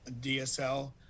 dsl